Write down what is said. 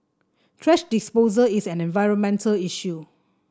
thrash disposal is an environmental issue